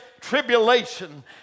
tribulation